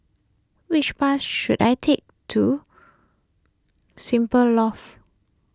which bus should I take to Simply